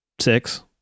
six